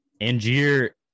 Angier